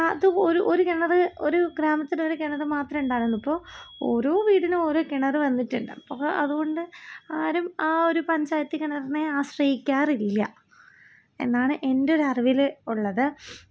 അപ്പോൾ അതുപോലെയുള്ള ബിസിനസ്സ് വാർത്തകൾ കേൾക്കാൻ വേണ്ടിയിട്ട് എനിക്ക് ഭയങ്കര താൽപ്പര്യമാണ് പിന്നെ അതുപോലെ കുറ്റകൃത്യം കുറ്റകൃത്യമായിട്ട് ബന്ധപ്പെട്ട വാർത്തകൾ ഒട്ടനവധിയാണ് ഇപ്പം ഓരോ ദിവസം ചെല്ലും തോറും കുറ്റകൃത്യം കൂടി വരികയാണ് അപ്പോൾ ചാനലിലാണെങ്കിലും പത്രത്തിലാണെങ്കിലും ഇഷ്ടം പോലെ കുറ്റകൃത്യമായി ബന്ധപ്പെട്ട വാർത്തകളുണ്ട്